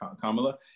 Kamala